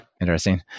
Interesting